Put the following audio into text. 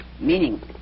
Meaning